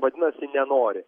vadinasi nenori